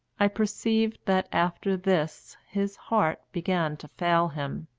i perceived that after this his heart began to fail him.